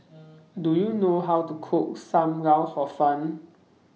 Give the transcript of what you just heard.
Do YOU know How to Cook SAM Lau Hor Fun